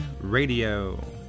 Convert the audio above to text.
Radio